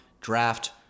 draft